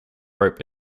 rope